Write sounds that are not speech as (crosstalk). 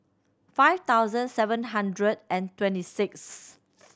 five thousand seven hundred and twenty sixth (unintelligible)